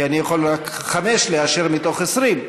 כי אני יכול לאשר רק חמש מתוך 20,